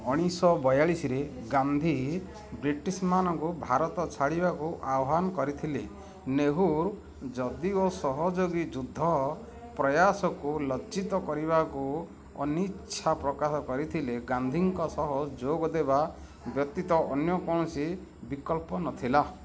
ଉଣେଇଶ ବୟାଳିଶରେ ଗାନ୍ଧୀ ବ୍ରିଟିଶମାନଙ୍କୁ ଭାରତ ଛାଡିବାକୁ ଆହ୍ୱାନ କରିଥିଲେ ନେହେରୁ ଯଦିଓ ସହଯୋଗୀ ଯୁଦ୍ଧ ପ୍ରୟାସକୁ ଲଜ୍ଜିତ କରିବାକୁ ଅନିଚ୍ଛା ପ୍ରକାଶ କରିଥିଲେ ଗାନ୍ଧୀଙ୍କ ସହ ଯୋଗଦେବା ବ୍ୟତୀତ ଅନ୍ୟ କୌଣସି ବିକଳ୍ପ ନଥିଲା